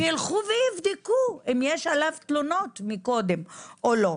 שילכו ויבדקו אם יש עליו תלונות מקודם או לא.